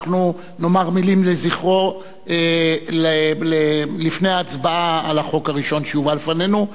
אנחנו נאמר מלים לזכרו לפני ההצבעה על החוק הראשון שיובא לפנינו.